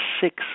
six